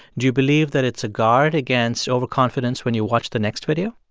do you believe that it's a guard against overconfidence when you watch the next video?